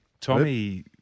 Tommy